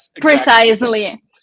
Precisely